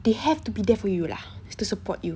they have to be there for you lah to support you